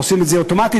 עושים את זה אוטומטית.